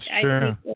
true